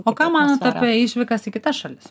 o ką manot apie išvykas į kitas šalis